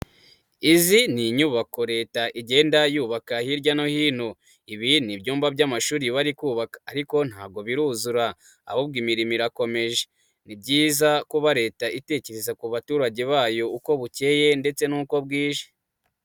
Izi ni inyubako Leta igenda yubaka hirya no hino, ibi ni byumba by'amashuri bari kubaka, ariko ntabwo biruzura ahubwo imirimo irakomeje, ni byiza kuba Leta itekereza ku baturage bayo uko bukeye ndetse n'uko bwije.